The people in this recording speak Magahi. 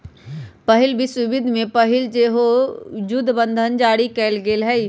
पहिल विश्वयुद्ध से पहिले सेहो जुद्ध बंधन जारी कयल गेल हइ